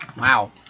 Wow